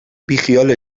بیخیالش